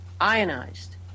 ionized